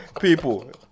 People